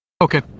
Okay